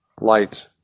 light